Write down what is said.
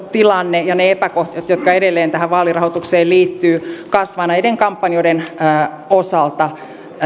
tilanne on muuttunut ja ne epäkohdat jotka edelleen tähän vaalirahoitukseen liittyvät kasvavat näiden kampanjoiden osalta